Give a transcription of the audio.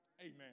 Amen